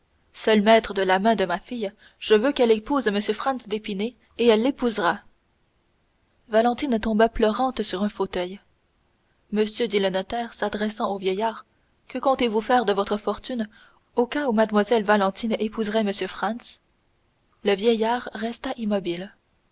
seul maître de la main de ma fille je veux qu'elle épouse m franz d'épinay et elle l'épousera valentine tomba pleurante sur un fauteuil monsieur dit le notaire s'adressant au vieillard que comptez-vous faire de votre fortune au cas où mlle valentine épouserait m franz le vieillard resta immobile